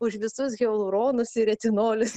už visus hialuronus ir retinolius